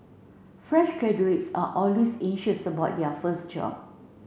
fresh graduates are always anxious about their first job